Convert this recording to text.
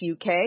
UK